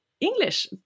English